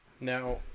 Now